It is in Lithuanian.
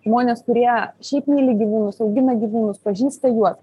žmonės kurie šiaip myli gyvūnus augina gyvūnus pažįsta juos